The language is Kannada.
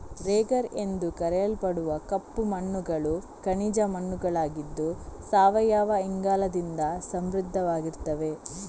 ರೆಗರ್ ಎಂದು ಕರೆಯಲ್ಪಡುವ ಕಪ್ಪು ಮಣ್ಣುಗಳು ಖನಿಜ ಮಣ್ಣುಗಳಾಗಿದ್ದು ಸಾವಯವ ಇಂಗಾಲದಿಂದ ಸಮೃದ್ಧವಾಗಿರ್ತವೆ